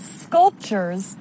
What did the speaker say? sculptures